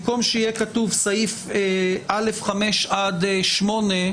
במקום שיהיה כתוב סעיף "(א)(5) עד (8)",